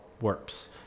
works